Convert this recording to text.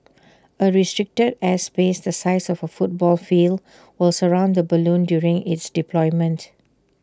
A restricted airspace the size of A football field will surround the balloon during its deployment